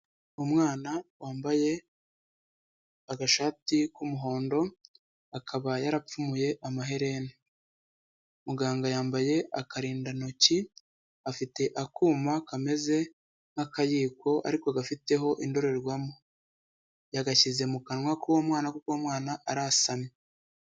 Umwana wambaye agashati k'umuhondo, akaba yarapfuye amaherena. Muganga yambaye akarindantoki, afite akuma kameze nk'akayiko ariko gafiteho indorerwamo, yagashyize mu kanwa k'uwo mwana kuko uwo mwana arasamye.